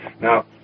Now